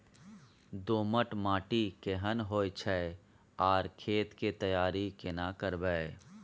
दोमट माटी केहन होय छै आर खेत के तैयारी केना करबै?